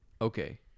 Okay